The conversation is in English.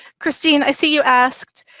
christine, i see you asked,